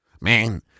Man